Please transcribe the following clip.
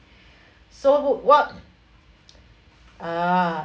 so what ah